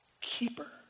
keeper